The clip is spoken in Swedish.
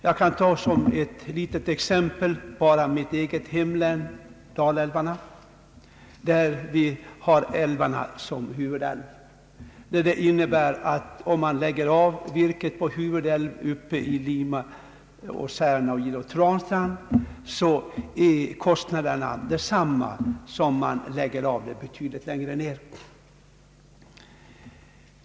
Jag kan som ett litet exempel från mitt eget hemlän nämna Dalälvarna, som är huvudflottleder. Det innebär att om man lägger av virke från huvudälv uppe i Lima, Särna, Idre och Transtrand, blir kostnaderna desamma som om man lägger av virket betydligt längre ner.